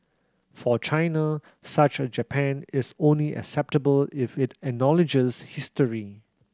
for China such a Japan is only acceptable if it acknowledges history